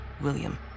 William